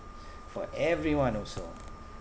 for everyone also